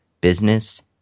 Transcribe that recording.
Business